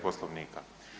Poslovnika.